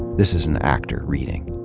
this is an actor reading.